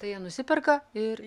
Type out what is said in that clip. tai jie nusiperka ir